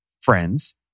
friends